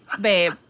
babe